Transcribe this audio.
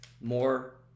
more